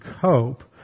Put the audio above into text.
cope